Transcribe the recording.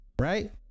Right